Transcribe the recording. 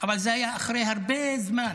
אבל זה היה אחרי הרבה זמן,